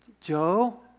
Joe